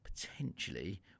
potentially